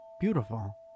beautiful